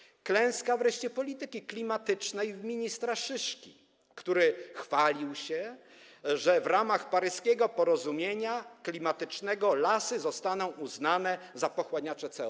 Wreszcie klęska polityki klimatycznej ministra Szyszki, który chwalił się, że w ramach paryskiego porozumienia klimatycznego lasy zostaną uznane za pochłaniacze CO2.